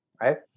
right